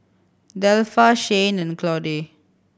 Delpha Shayne and Claude